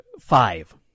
Five